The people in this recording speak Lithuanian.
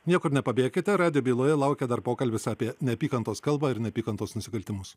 niekur nepabėkite radijo byloje laukia dar pokalbis apie neapykantos kalbą ir neapykantos nusikaltimus